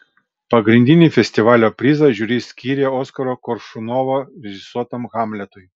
pagrindinį festivalio prizą žiuri skyrė oskaro koršunovo režisuotam hamletui